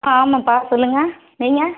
ஆ ஆமாம்ப்பா சொல்லுங்கள் நீங்கள்